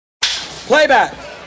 Playback